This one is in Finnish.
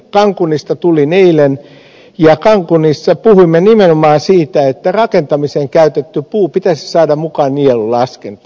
cancunista tulin eilen ja cancunissa puhuimme nimenomaan siitä että rakentamiseen käytetty puu pitäisi saada mukaan nielulaskentaan